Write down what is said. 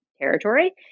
territory